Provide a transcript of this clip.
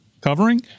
covering